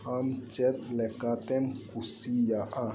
ᱟᱢ ᱪᱮᱫ ᱞᱮᱠᱟᱛᱮᱢ ᱠᱩᱥᱤᱭᱟᱜᱼᱟ